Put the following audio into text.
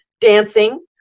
dancing